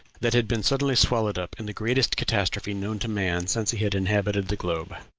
that had been suddenly swallowed up in the greatest catastrophe known to man since he had inhabited the globe.